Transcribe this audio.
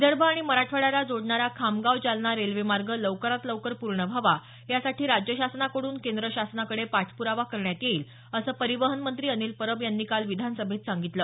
विदर्भ आणि मराठवाड्याला जोडणारा खामगाव जालना रेल्वेमार्ग लवकरात लवकर पूर्ण व्हावा यासाठी राज्य शासनाकडून केंद्र शासनाकडे पाठप्रावा करण्यात येईल असं परिवहन मंत्री अनिल परब यांनी काल विधानसभेत सांगितलं